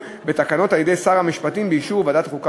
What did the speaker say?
בתקנות על-ידי שר המשפטים באישור ועדת החוקה,